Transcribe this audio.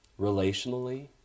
relationally